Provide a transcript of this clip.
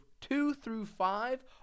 Two-through-five